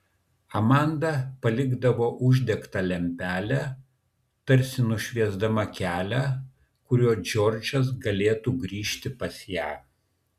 amanda palikdavo uždegtą lempelę tarsi nušviesdama kelią kuriuo džordžas galėtų grįžti pas ją